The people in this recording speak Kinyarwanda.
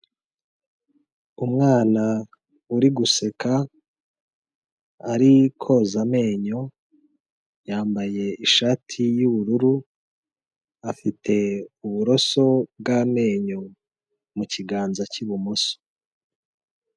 Umwana uri guseka, ari koza amenyo, yambaye ishati y'ubururu, afite uburoso bw'amenyo mukiganza cy'ibumoso.